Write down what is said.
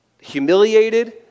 humiliated